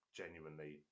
genuinely